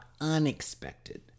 unexpected